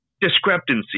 discrepancy